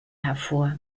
hervor